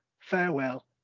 farewell